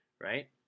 right